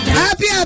happy